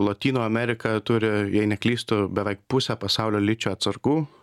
lotynų amerika turi jei neklystu beveik pusę pasaulio ličio atsargų